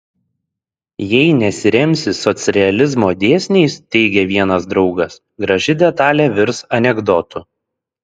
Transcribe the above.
jei nesiremsi socrealizmo dėsniais teigė vienas draugas graži detalė virs anekdotu